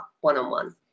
one-on-one